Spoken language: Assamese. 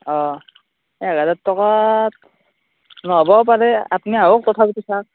অ এহাজাৰ টকাত নহ'বও পাৰে আপুনি আহক তথাপিতো চাওক